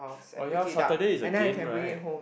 oh ya Saturday is the game right